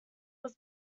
was